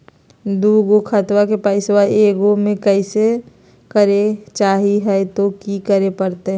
दू गो खतवा के पैसवा ए गो मे करे चाही हय तो कि करे परते?